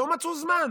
לא מצאו זמן,